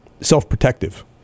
Self-protective